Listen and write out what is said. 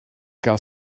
gael